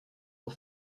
aux